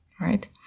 right